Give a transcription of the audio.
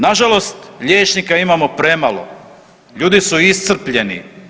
Nažalost liječnika imamo premalo, ljudi su iscrpljeni.